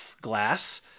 glass